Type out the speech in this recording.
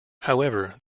however